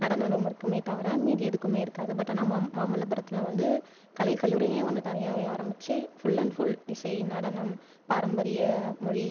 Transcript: நடன ரூம் இருக்குமே தவிர மீதி எதுக்குமே இருக்காது பட் ஆனால் மா மாமல்லபுரத்தில் வந்து கலைக்கல்லூரினே ஒன்று தனியாகவே ஆரம்பிச்சு ஃபுல் அண்ட் ஃபுல் இசை நடனம் பாரம்பரிய மொழி